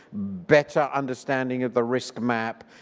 better understanding of the risk map,